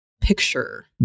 picture